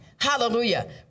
Hallelujah